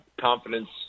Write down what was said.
confidence